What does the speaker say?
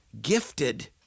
gifted